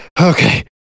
okay